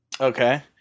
Okay